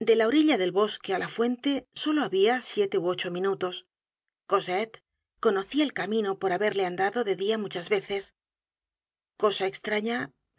de la orilla del bosque á la fuente solo habia siete ú ocho minutos cosette conocia el camino por haberle andado de dia muchas veces cosa estrañá